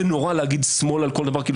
זה נורא להגיד שמאל על כל דבר כאילו